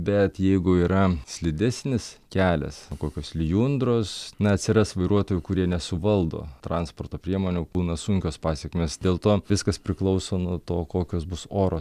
bet jeigu yra slidesnis kelias kokios lijundros na atsiras vairuotojų kurie nesuvaldo transporto priemonių būna sunkios pasekmės dėl to viskas priklauso nuo to kokios bus oro